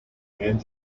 angela